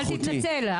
אל תתנצל,